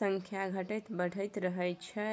संख्या घटैत बढ़ैत रहै छै